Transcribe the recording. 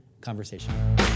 conversation